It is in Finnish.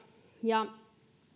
ja siitä